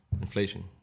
Inflation